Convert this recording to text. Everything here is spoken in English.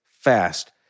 fast